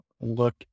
look